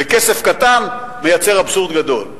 וכסף קטן מייצר אבסורד גדול.